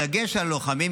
בדגש על הלוחמים,